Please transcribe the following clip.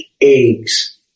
eggs